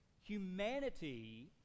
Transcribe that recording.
Humanity